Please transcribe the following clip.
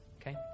okay